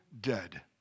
dead